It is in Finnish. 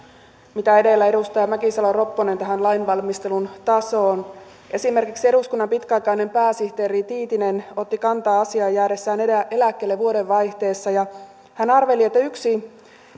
kuten edellä edustaja mäkisalo ropponen lainvalmistelun tasoon esimerkiksi eduskunnan pitkäaikainen pääsihteeri tiitinen otti kantaa asiaan jäädessään eläkkeelle vuodenvaihteessa ja hän arveli että yksi